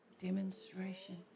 demonstration